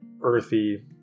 earthy